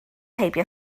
heibio